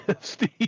Steve